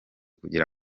kugira